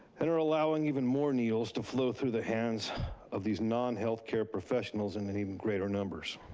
and are allowing even more needles to flow through the hands of these non-healthcare professionals in and even greater numbers.